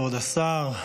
כבוד השר,